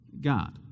God